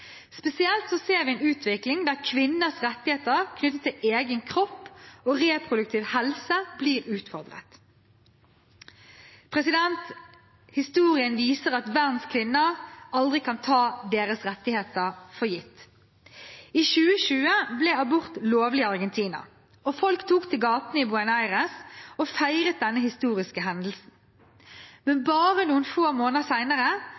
ser vi en utvikling der kvinners rettigheter knyttet til egen kropp og reproduktiv helse blir utfordret. Historien viser at verdens kvinner aldri kan ta sine rettigheter for gitt. I 2020 ble abort lovlig i Argentina, og folk tok til gatene i Buenos Aires for å feire denne historiske hendelsen, men bare noen få måneder